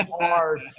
hard